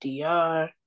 DR